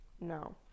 No